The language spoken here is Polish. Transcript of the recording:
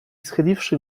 schyliwszy